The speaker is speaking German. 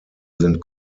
sind